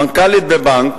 מנכ"לית בבנק